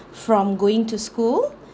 from going to school